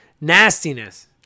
Nastiness